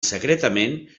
secretament